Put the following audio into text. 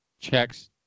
Checks